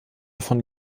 von